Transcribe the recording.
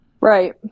Right